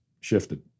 shifted